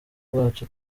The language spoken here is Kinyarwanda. bwacu